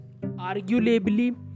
arguably